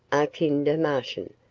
kinder marchen,